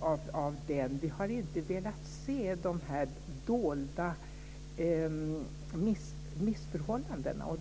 av den. Vi har inte velat se dessa dolda missförhållanden.